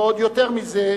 ועוד יותר מזה,